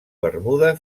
bermuda